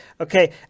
Okay